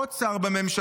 עוד שר בממשלה,